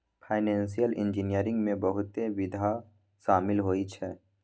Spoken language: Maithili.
फाइनेंशियल इंजीनियरिंग में बहुते विधा शामिल होइ छै